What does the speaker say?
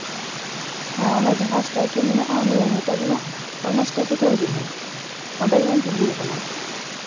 ᱦᱮᱸ ᱚᱱᱟ ᱡᱟᱦᱟᱸ ᱮᱥᱴᱮᱪᱩ ᱢᱮᱱᱟᱜᱼᱟ ᱱᱮᱛᱟᱡᱤᱭᱟᱜ ᱦᱳᱭ ᱚᱱᱟ ᱮᱥᱴᱮᱪᱩ ᱴᱷᱮᱡ ᱦᱤᱡᱩᱜ ᱢᱮ ᱚᱸᱰᱮ ᱜᱮᱧ ᱛᱤᱸᱜᱩᱣ ᱠᱟᱱᱟ